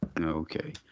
Okay